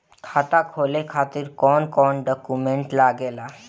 खाता खोले खातिर कौन कौन डॉक्यूमेंट लागेला?